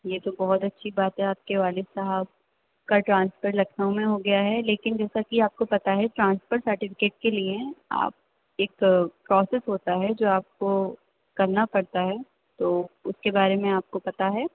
یہ تو بہت اچھی بات ہے آپ کے والد صاحب کا ٹرانسفر لکھنؤ میں ہو گیا ہے لیکن جیسا کہ آپ کو پتا ہے ٹرانسفر سرٹیفکیٹ کے لیے آپ ایک پروسیس ہوتا ہے جو آپ کو کرنا پڑتا ہے تو اُس کے بارے میں آپ کو پتا ہے